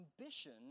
Ambition